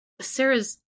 Sarah's